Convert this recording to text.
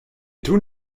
tun